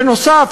בנוסף,